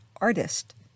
artist